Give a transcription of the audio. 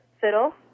fiddle